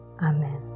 Amen